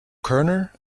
kerner